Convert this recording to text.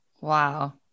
wow